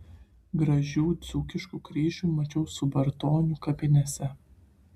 gražių dzūkiškų kryžių mačiau subartonių kapinėse